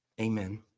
amen